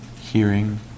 hearing